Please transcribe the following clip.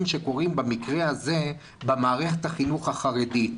קורים במקרה הזה במערכת החינוך החרדית.